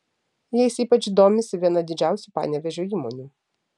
jais ypač domisi viena didžiausių panevėžio įmonių